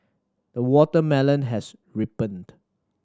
the watermelon has ripened